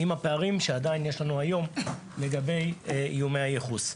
עם הפערים שעדיין יש לנו היום לגבי איומי הייחוס.